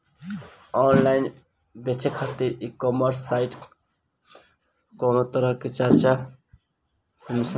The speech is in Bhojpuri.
ऑनलाइन बेचे खातिर ई कॉमर्स साइट पर कौनोतरह के चार्ज चाहे कमीशन भी लागी?